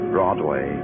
Broadway